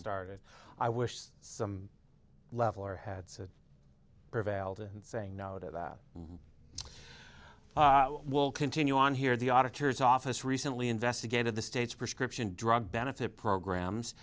started i wish some level our heads prevailed and saying no to that will continue on here the auditor's office recently investigated the state's prescription drug benefit programs